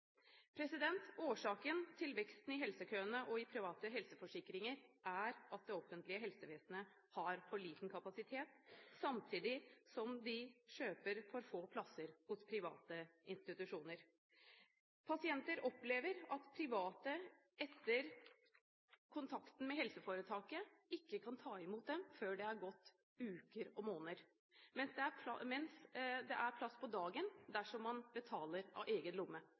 Årsaken til veksten i helsekøene og i private helseforsikringer er at det offentlige helsevesenet har for liten kapasitet, samtidig som de kjøper for få plasser hos private institusjoner. Pasienter opplever at private, etter kontakten med helseforetaket, ikke kan ta imot dem før det er gått uker og måneder, mens det er plass på dagen dersom man betaler av egen lomme.